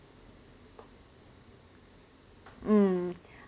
mm